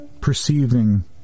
perceiving